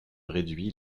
réduit